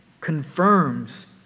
confirms